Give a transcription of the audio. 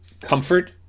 comfort